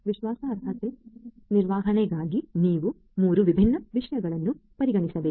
ವಿಶ್ವಾಸಾರ್ಹತೆ ನಿರ್ವಹಣೆಗಾಗಿ ನೀವು 3 ವಿಭಿನ್ನ ವಿಷಯಗಳನ್ನು ಪರಿಗಣಿಸಬೇಕು